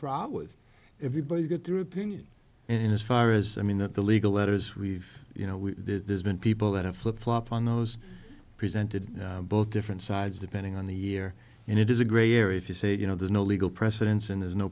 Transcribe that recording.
from everybody get through opinion and as far as i mean that the legal letters we've you know there's been people that have flip flop on those presented both different sides depending on the year and it is a gray area if you say you know there's no legal precedence and there's no